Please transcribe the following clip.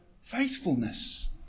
faithfulness